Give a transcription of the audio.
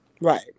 right